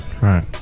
Right